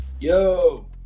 yo